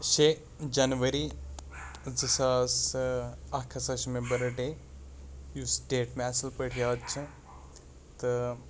شےٚ جَنؤری زٕ ساس اَکھ ہَسا چھُ مےٚ بٔرٕ ڈے یُس ڈیٹ مےٚ اَصٕل پٲٹھۍ یاد چھِ تہٕ